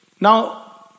Now